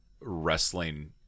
wrestling